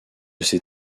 ces